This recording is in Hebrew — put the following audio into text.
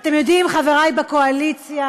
אתם יודעים, חבריי בקואליציה,